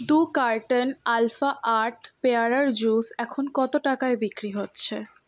দু carton Alpha আট পেয়ারার জুস এখন কত টাকায় বিক্রি হচ্ছে